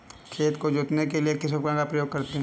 खेत को जोतने के लिए किस उपकरण का उपयोग करते हैं?